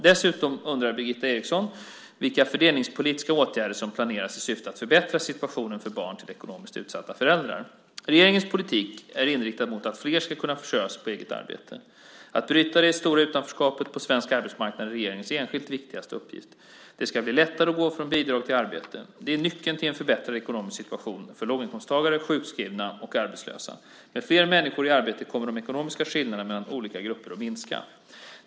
Dessutom undrar Birgitta Eriksson vilka fördelningspolitiska åtgärder som planeras i syfte att förbättra situationen för barn till ekonomiskt utsatta föräldrar. Regeringens politik är inriktad mot att flera ska kunna försörja sig på eget arbete. Att bryta det stora utanförskapet på svensk arbetsmarknad är regeringens enskilt viktigaste uppgift. Det ska bli lättare att gå från bidrag till arbete. Det är nyckeln till en förbättrad ekonomisk situation för låginkomsttagare, sjukskrivna och arbetslösa. Med flera människor i arbete kommer de ekonomiska skillnaderna mellan olika grupper att minska.